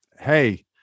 Hey